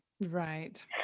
Right